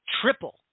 triple